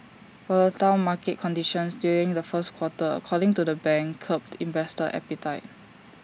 volatile market conditions during the first quarter according to the bank curbed investor appetite